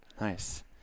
Nice